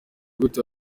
gute